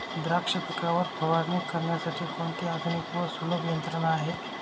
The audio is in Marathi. द्राक्ष पिकावर फवारणी करण्यासाठी कोणती आधुनिक व सुलभ यंत्रणा आहे?